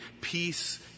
Peace